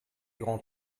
grand